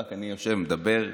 ורק אני יושב ומדבר.